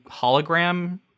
hologram